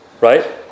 right